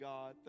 God